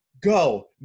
go